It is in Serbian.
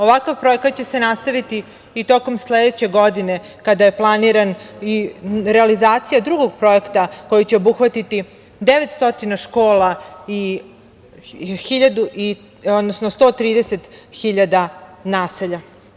Ovakav projekat će se nastaviti i tokom sledeće godine, kada je planirana i realizacija i drugog projekta koji će obuhvatiti 900 škola i 130.000 naselja.